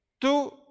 two